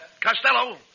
Costello